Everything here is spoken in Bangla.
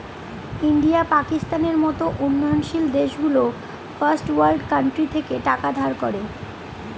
ইন্ডিয়া, পাকিস্তানের মত উন্নয়নশীল দেশগুলো ফার্স্ট ওয়ার্ল্ড কান্ট্রি থেকে টাকা ধার করে